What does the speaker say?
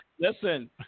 Listen